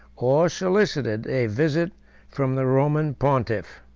or solicited, a visit from the roman pontiff.